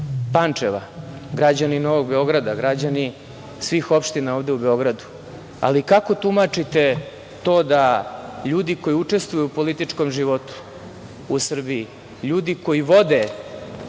Pančeva, građani Novog Beograda, građani svih opština ovde u Beogradu. Ali, kako tumačite to da ljudi koji učestvuju u političkom životu u Srbiji, ljudi koji vode